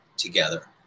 together